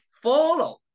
follow